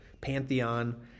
pantheon